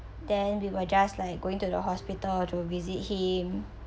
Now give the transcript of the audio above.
then we were just like going to the hospital to visit him